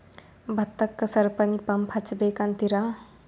ಭತ್ತಕ್ಕ ಸರಪಣಿ ಪಂಪ್ ಹಚ್ಚಬೇಕ್ ಅಂತಿರಾ?